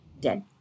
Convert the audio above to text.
dead